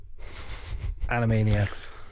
Animaniacs